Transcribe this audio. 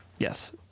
yes